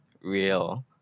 real